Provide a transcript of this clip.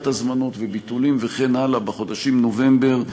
הזמנות וביטולים וכן הלאה בחודש נובמבר.